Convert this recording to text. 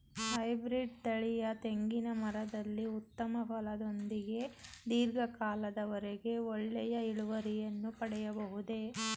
Hybrid ತಳಿಯ ತೆಂಗಿನ ಮರದಲ್ಲಿ ಉತ್ತಮ ಫಲದೊಂದಿಗೆ ಧೀರ್ಘ ಕಾಲದ ವರೆಗೆ ಒಳ್ಳೆಯ ಇಳುವರಿಯನ್ನು ಪಡೆಯಬಹುದೇ?